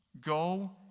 Go